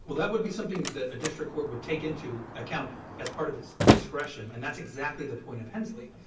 but that would be something that a district court would take into account as part of its discretion, and that's exactly the point of hensley.